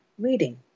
reading